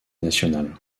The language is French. nationale